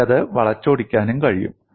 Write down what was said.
എനിക്കത് വളച്ചൊടിക്കാനും കഴിയും